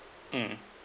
mm